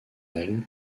aile